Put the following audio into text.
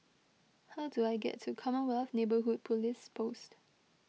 how do I get to Commonwealth Neighbourhood Police Post